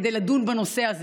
כדי לדון בנושא הזה.